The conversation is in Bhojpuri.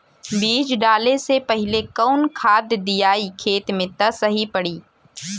बीज डाले से पहिले कवन खाद्य दियायी खेत में त सही पड़ी?